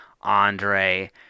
Andre